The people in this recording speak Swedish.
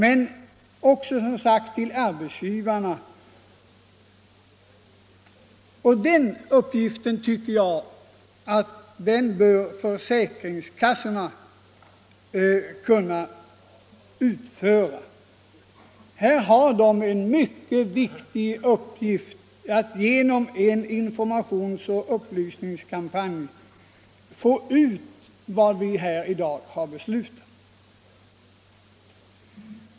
Ansvaret för en sådan upplysningsoch informationskampanj borde kunna ligga på försäkringskassorna som då finge den viktiga uppgiften att föra ut vad vi här har beslutat.